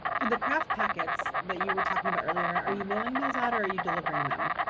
for the craft packets that you were talking about earlier, are you mailing those out or are you delivering them?